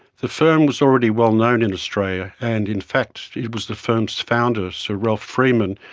the firm was already well known in australia, and in fact it was the firm's founder, sir ralph freeman,